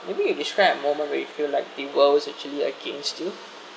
maybe you describe a moment where you feel like the world's actually against you